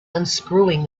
unscrewing